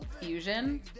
fusion